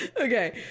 okay